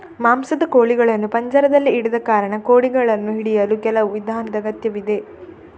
ಮಾಂಸದ ಕೋಳಿಗಳನ್ನು ಪಂಜರದಲ್ಲಿ ಇಡದ ಕಾರಣ, ಕೋಳಿಗಳನ್ನು ಹಿಡಿಯಲು ಕೆಲವು ವಿಧಾನದ ಅಗತ್ಯವಿದೆ